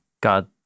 God